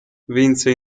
vinse